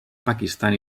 pakistan